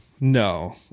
no